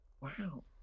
Wow